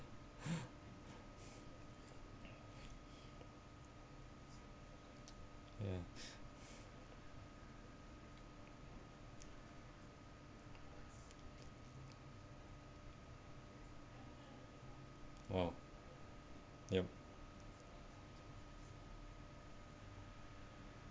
!wow! yup